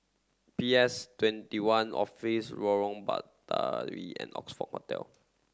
P S twenty one Office Lorong Batawi and Oxford Hotel